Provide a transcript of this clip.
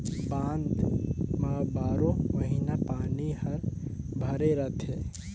बांध म बारो महिना पानी हर भरे रथे